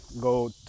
Go